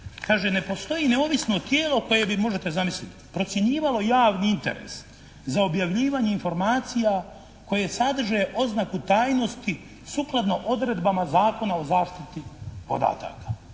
kaže, ne postoji neovisno tijelo koje bi možete zamisliti procjenjivalo javni interes za objavljivanje informacija koje sadrže oznaku tajnosti sukladno odredbama Zakona o zaštiti podataka.